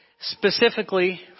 specifically